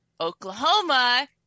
Oklahoma